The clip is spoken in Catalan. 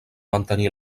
mantenir